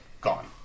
gone